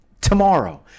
tomorrow